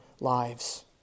lives